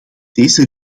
deze